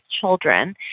children